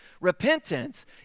Repentance